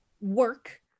work